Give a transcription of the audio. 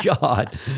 God